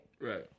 Right